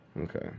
Okay